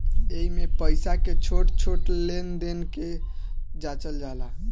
एइमे पईसा के छोट छोट लेन देन के जाचल जाला